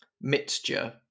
Mixture